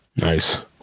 Nice